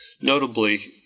notably